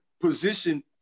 position